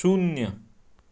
शुन्य